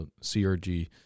crg